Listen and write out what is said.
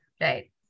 right